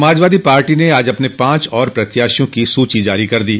समाजवादी पार्टी ने आज अपने पांच और प्रत्याशियों की सूची जारो कर दी